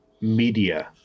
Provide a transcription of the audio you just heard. media